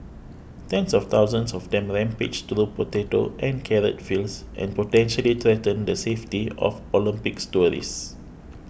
tens of thousands of them rampage through potato and carrot fields and potentially threaten the safety of Olympics tourists